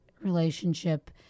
relationship